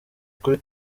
kuri